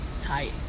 tight